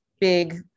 big